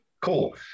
Cool